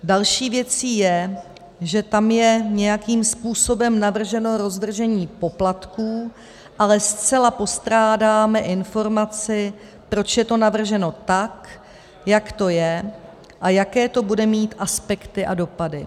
Další věcí je, že tam je nějakým způsobem navrženo rozvržení poplatků, ale zcela postrádáme informaci, proč je to navrženo tak, jak to je, a jaké to bude mít aspekty a dopady.